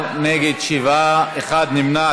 בעד, 13, נגד, שבעה, אחד נמנע.